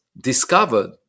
discovered